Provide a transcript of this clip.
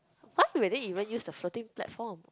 !huh! really even use the Floating Platform